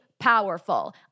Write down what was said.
powerful